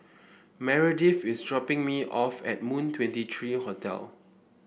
Meredith is dropping me off at Moon Twenty three Hotel